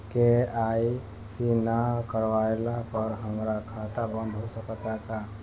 KYC ना करवाइला पर हमार खाता बंद हो सकत बा का?